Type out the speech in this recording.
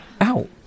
Ow